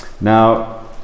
Now